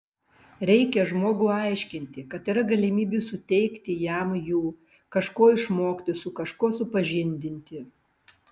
reikia žmogui aiškinti kad yra galimybių suteikti jam jų kažko išmokti su kažkuo supažindinti